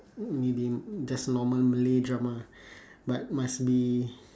maybe just normal malay drama but must be